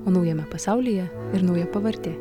o naujame pasaulyje ir nauja pavardė